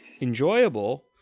enjoyable